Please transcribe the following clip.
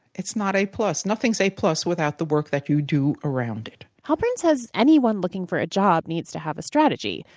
it's not a plus. nothing is a plus without the work you do around it. halpern says anyone looking for a job needs to have a strategy,